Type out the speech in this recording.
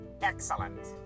Excellent